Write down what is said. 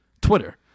Twitter